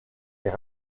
est